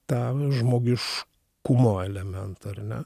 tą žmogiškumo elementą ar ne